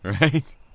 Right